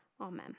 Amen